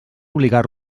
obligar